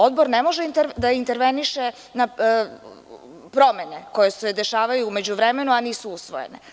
Odbor ne može da interveniše na promene koje se dešavaju u međuvremenu, a nisu usvojene.